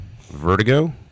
Vertigo